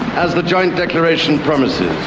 as the joint declaration promises, and